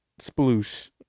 sploosh